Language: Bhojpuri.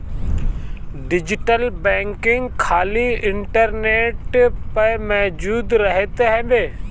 डिजिटल बैंकिंग खाली इंटरनेट पअ मौजूद रहत हवे